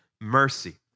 mercy